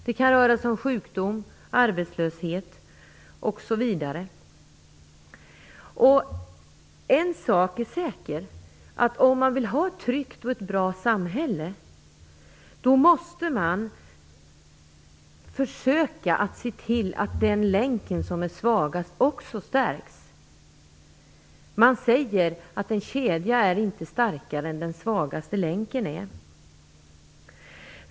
Det kan röra sig om sjukdom, arbetslöshet, osv. En sak är säker, nämligen att om man vill ha ett tryggt och bra samhälle, då måste man försöka se till att den länk som är svagast också stärks. Man brukar ju säga att en kedja inte är starkare än den svagaste länken.